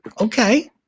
okay